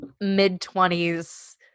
mid-twenties